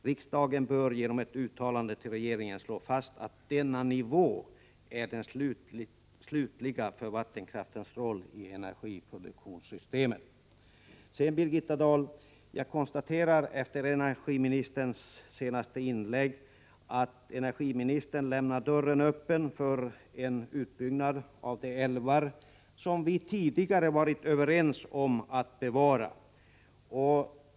Riksdagen bör genom ett uttalande till regeringen slå fast att denna nivå är den slutliga för vattenkraftens roll i energiproduktionssystemet.” Efter energiministerns senaste inlägg konstaterar jag att energiministern lämnar dörren öppen för en utbyggnad av de älvar som vi tidigare varit överens om att bevara.